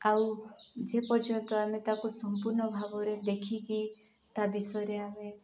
ଆଉ ଯେ ପର୍ଯ୍ୟନ୍ତ ଆମେ ତାକୁ ସମ୍ପୂର୍ଣ୍ଣ ଭାବରେ ଦେଖିକି ତା' ବିଷୟରେ ଆମେ